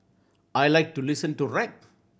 I like to listen to rap